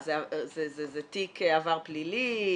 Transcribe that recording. זה תיק עבר פלילי ?